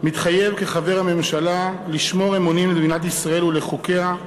מתחייב כחבר הממשלה לשמור אמונים למדינת ישראל ולחוקיה,